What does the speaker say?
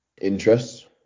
interests